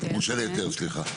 נושא להיתר, סליחה.